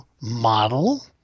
model